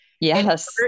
Yes